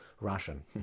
Russian